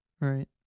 Right